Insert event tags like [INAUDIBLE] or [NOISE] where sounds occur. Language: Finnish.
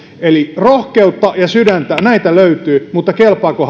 eli rohkeutta ja sydäntä löytyy mutta kelpaako [UNINTELLIGIBLE]